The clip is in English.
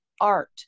art